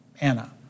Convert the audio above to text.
Anna